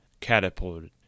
catapulted